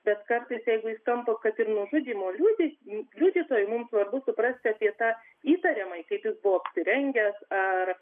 bet kartais jeigu jis tampa kad ir nužudymo liudi liudytoju mums svarbu suprasti apie tą įtariamąjį kaip jis buvo apsirengęs ar